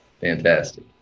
Fantastic